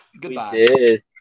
Goodbye